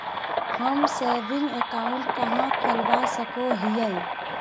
हम saving account कहाँ खोलवा सको हियै?